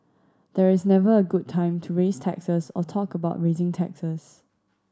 there is never a good time to raise taxes or talk about raising taxes